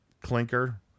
Clinker